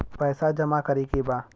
पैसा जमा करे के बा?